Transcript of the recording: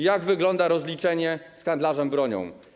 Jak wygląda rozliczenie z handlarzem bronią?